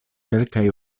kelkaj